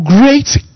great